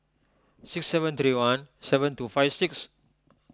six seven three one seven two five six